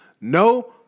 No